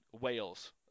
Wales